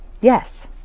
Yes